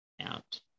out